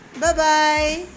Bye-bye